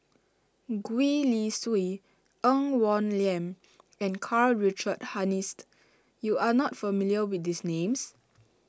Gwee Li Sui Ng Woon Lam and Karl Richard Hanitsch you are not familiar with these names